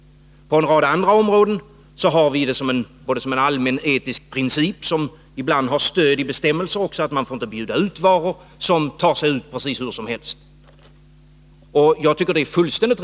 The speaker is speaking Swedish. På en rad andra områden har vi som en allmänetisk princip, som ibland också har stöd i bestämmelser, att man inte får bjuda ut varor som ter sig hur som helst.